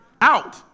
Out